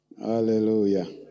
Hallelujah